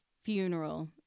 funeral